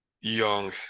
young